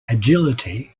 agility